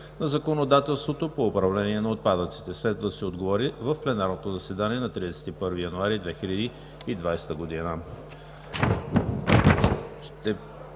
на законодателството по управление на отпадъците. Следва да се отговори в пленарното заседание на 31 януари 2020 г.